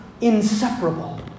inseparable